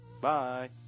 Bye